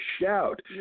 shout